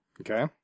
okay